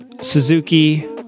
Suzuki